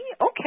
Okay